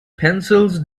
pencils